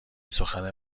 سخن